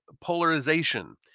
polarization